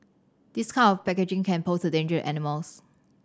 this kind of packaging can pose a danger animals